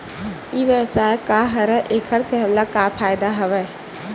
ई व्यवसाय का हरय एखर से हमला का फ़ायदा हवय?